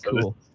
cool